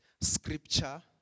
scripture